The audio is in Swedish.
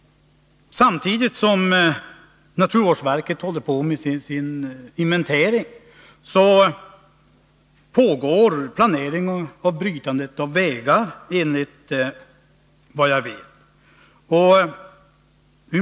Samtidigt som naturvårdsverket håller på med sin inventering planeras, såvitt jag vet, brytandet av nya vägar.